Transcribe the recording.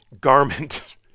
garment